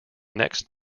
next